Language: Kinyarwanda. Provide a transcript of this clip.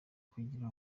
kugira